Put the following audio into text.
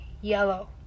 yellow